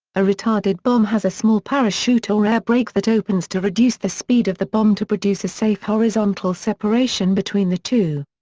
a retarded bomb has a small parachute or air brake that opens to reduce the speed of the bomb to produce a safe horizontal separation between the two.